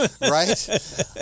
Right